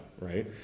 right